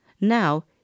Now